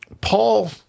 Paul